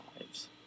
lives